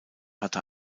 hatte